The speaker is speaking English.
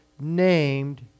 named